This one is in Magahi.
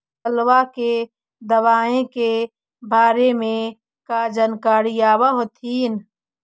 फसलबा के दबायें के बारे मे कहा जानकारीया आब होतीन?